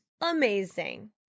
Amazing